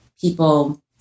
people